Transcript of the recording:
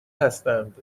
هستند